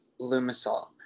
Lumisol